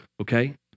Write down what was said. Okay